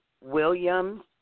Williams